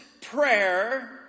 prayer